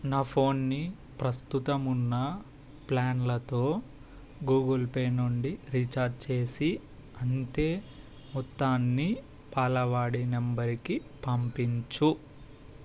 నా ఫోన్ని ప్రస్తుతం ఉన్న ప్లాన్లతో గూగుల్ పే నుండి రీఛార్జ్ చేసి అంతే మొత్తాన్ని పాలవాడి నంబరుకి పంపించు